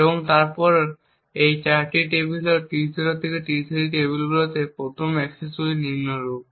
সুতরাং এই 4টি টেবিল হল T0 থেকে T3 টেবিলগুলিতে প্রথম অ্যাক্সেসগুলি নিম্নরূপ